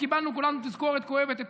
וקיבלנו כולנו תזכורת כואבת אתמול.